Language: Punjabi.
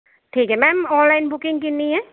ਠੀਕ ਹੈ ਮੈਮ ਔਨਲਾਈਨ ਬੁਕਿੰਗ ਕਿੰਨੀ ਹੈ